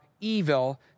evil